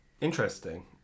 Interesting